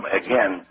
again